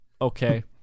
Okay